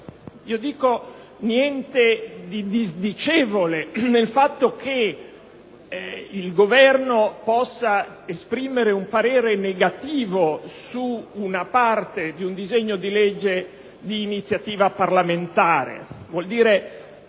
non vi è niente di disdicevole nel fatto che il Governo possa esprimere un parere negativo su una parte di un disegno di legge di iniziativa parlamentare